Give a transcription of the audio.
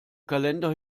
kalender